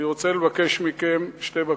אני רוצה לבקש מכם שתי בקשות: